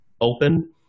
open